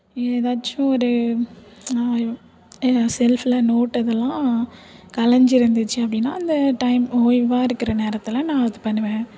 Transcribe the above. ஏதாச்சும் ஒரு நான் ஏதாவது செல்ப்ல நோட் அதெல்லாம் கலைஞ்சிருந்துச்சு அப்படின்னா அந்த டைம் ஓய்வாக இருக்கிற நேரத்தில் நான் அதை பண்ணுவேன்